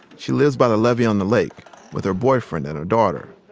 she lives by the levee on the lake with her boyfriend and her daughter.